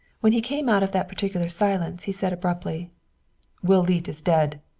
when he came out of that particular silence he said abruptly will leete is dead.